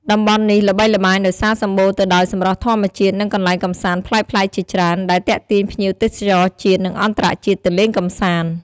តំបន់នេះល្បីល្បាញដោយសារសម្បូរទៅដោយសម្រស់ធម្មជាតិ និងកន្លែងកម្សាន្តប្លែកៗជាច្រើន ដែលទាក់ទាញភ្ញៀវទេសចរជាតិ និងអន្តរជាតិទៅលេងកម្សាន្ត។